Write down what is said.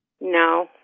No